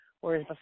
whereas